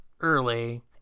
early